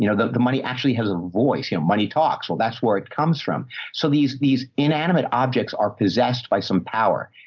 you know the, the money actually has a voice, you know, money talks. well, that's where it comes from. so these, these inanimate objects are possessed by some power.